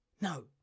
no